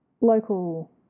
local